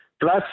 plus